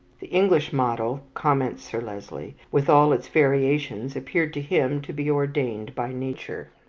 the english model, comments sir leslie, with all its variations, appeared to him to be ordained by nature.